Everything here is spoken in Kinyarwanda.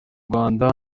rwanda